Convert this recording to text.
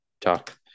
talk